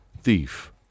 thief